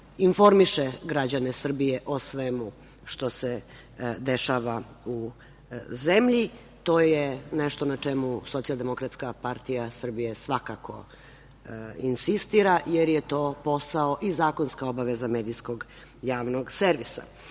informiše građane Srbije o svemu što se dešava u zemlji. To je nešto na čemu SDPS svakako insistira, jer je to posao i zakonska obaveza medijskog javnog servisa. Evo,